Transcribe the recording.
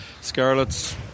Scarlet's